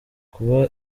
kuba